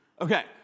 Okay